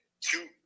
two